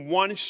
one